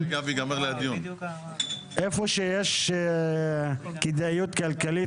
איפה שיש כדאיות כלכלית,